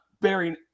bearing